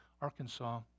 Arkansas